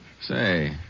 Say